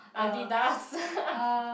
Adidas